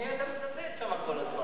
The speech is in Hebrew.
את מי אתה מצטט שם כל הזמן?